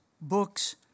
books